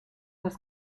das